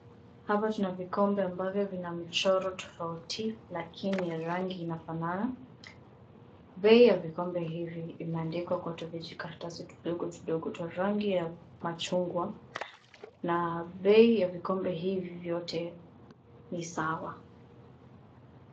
Hapa tuna vikombe ambavyo vina michoro tofauti lakini rangi inafanana. Bei ya vikombe hivi imeandikwa kwenye tuvijikaratasi vidogo vidogo twa rangi ya machungwa na bei ya vikombe hivi vyote ni sawa.